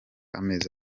amezi